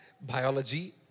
biology